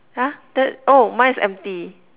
!huh! that oh mine is empty